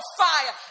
fire